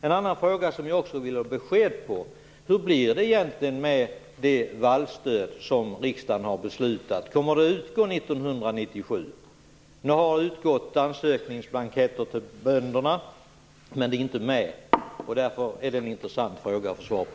En annan fråga som jag också vill ha besked på är hur det egentligen blir med det vallstöd som riksdagen har beslutat. Kommer det att utgå 1997? Ansökningsblanketter har gått ut till bönderna, men det är inte med. Därför är det en intressant fråga att få svar på.